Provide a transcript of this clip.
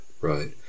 right